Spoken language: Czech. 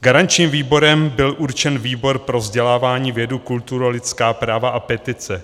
Garančním výborem byl určen výbor pro vzdělávání, vědu, kulturu, lidská práva a petice.